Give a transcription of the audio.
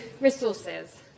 resources